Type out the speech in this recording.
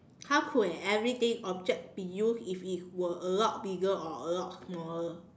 how could an everyday object be used if it were a lot bigger or a lot smaller